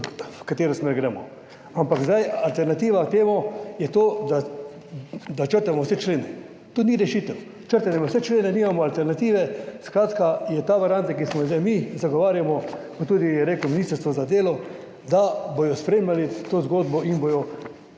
v katero smer gremo, ampak zdaj, alternativa temu je to, da črtamo vse člene. To ni rešitev. Črtali bomo vse člene, nimamo alternative, skratka je ta varianta, ki smo jo zdaj mi, zagovarjamo, kot tudi je rekel Ministrstvo za delo, da bodo spremljali to zgodbo in bodo,